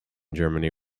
germany